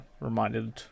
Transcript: reminded